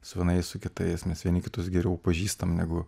su vienais su kitais mes vieni kitus geriau pažįstam negu